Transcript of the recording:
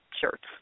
shirts